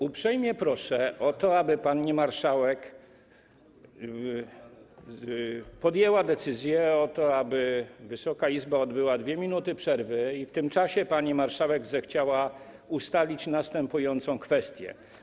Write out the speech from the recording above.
Uprzejmie proszę o to, aby pani marszałek podjęła decyzję o tym, aby Wysoka Izba miała 2 minuty przerwy, i aby w tym czasie pani marszałek zechciała ustalić następującą kwestię.